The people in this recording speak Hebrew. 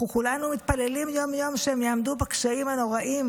אנחנו כולנו מתפללים יום-יום שהם יעמדו בקשיים הנוראיים